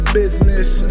business